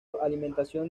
alimentación